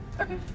Okay